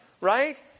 right